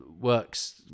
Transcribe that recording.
works